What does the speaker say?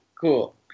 Cool